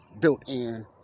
built-in